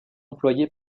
employée